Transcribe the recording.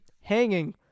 hanging